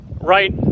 right